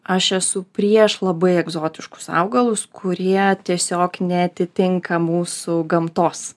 aš esu prieš labai egzotiškus augalus kurie tiesiog neatitinka mūsų gamtos